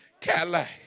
Cadillac